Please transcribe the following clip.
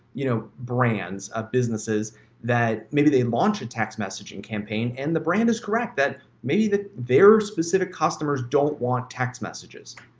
you know, brands of businesses that maybe they launch a text messaging campaign and the brand is correct that maybe their specific customers don't want text messages,